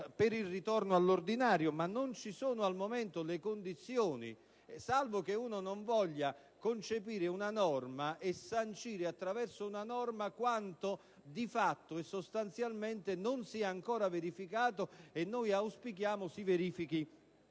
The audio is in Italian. ad un ritorno all'ordinario, ma non ci sono al momento le condizioni, salvo che non si voglia concepire una norma che sancisca quanto di fatto e sostanzialmente non si è ancora verificato, ma che noi auspichiamo si verifichi